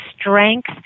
strength